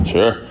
Sure